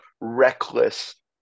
reckless